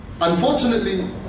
Unfortunately